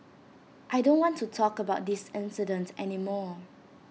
I don't want to talk about this incident any more